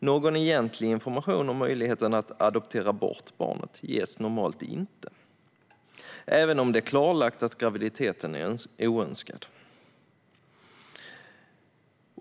Någon egentlig information om möjligheten att adoptera bort barnet ges normalt inte, även om det är klarlagt att graviditeten är oönskad.